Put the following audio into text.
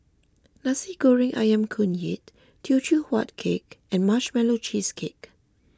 Nasi Goreng Ayam Kunyit Teochew Huat Kueh and Marshmallow Cheesecake